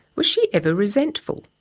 was she ever resentful?